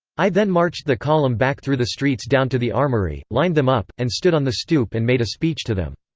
i then marched the column back through the streets down to the armory, lined them up, and stood on the stoop and made a speech to them.